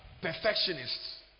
perfectionists